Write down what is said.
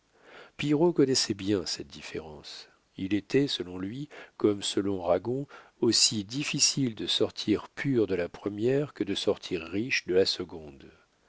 connaissait bien cette différence il était selon lui comme selon ragon aussi difficile de sortir pur de la première que de sortir riche de la seconde